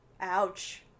Ouch